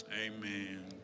Amen